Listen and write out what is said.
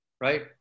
right